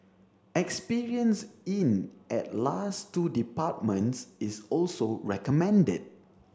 experience in at last two departments is also recommended